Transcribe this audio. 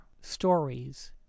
stories